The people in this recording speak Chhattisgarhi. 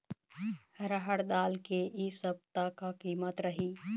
रहड़ दाल के इ सप्ता का कीमत रही?